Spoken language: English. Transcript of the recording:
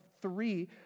three